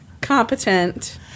competent